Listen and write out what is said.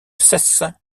cesse